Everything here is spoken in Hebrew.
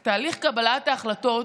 זה תהליך קבלת החלטות